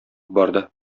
барды